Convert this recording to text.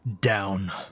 down